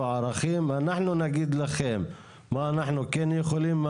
ערכים ואנחנו נגיד לכם מה אנחנו כן יכולים,